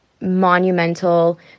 monumental